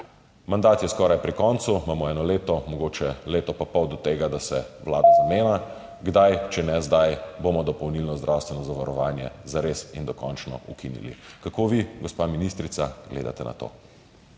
Mandat je skoraj pri koncu, imamo eno leto, mogoče leto pa pol do tega, da se vlada zamenja. Kdaj, če ne zdaj, bomo dopolnilno zdravstveno zavarovanje zares in dokončno ukinili? Kako vi, gospa ministrica, gledate na to?